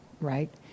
right